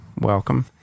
Welcome